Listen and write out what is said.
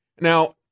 Now